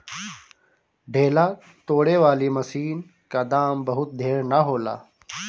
ढेला तोड़े वाली मशीन क दाम बहुत ढेर ना होला